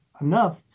enough